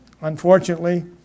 unfortunately